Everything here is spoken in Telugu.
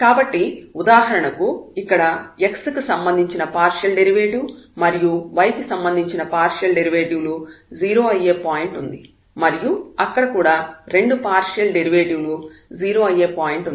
కాబట్టి ఉదాహరణకు ఇక్కడ x కి సంబంధించిన పార్షియల్ డెరివేటివ్ మరియు y కి సంబంధించిన పార్షియల్ డెరివేటివ్ లు 0 అయ్యే పాయింట్ ఉంది మరియు అక్కడ కూడా రెండు పార్షియల్ డెరివేటివ్ లు 0 అయ్యే పాయింట్ ఉంది